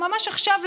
ממש עכשיו,